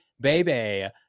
Baby